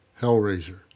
Hellraiser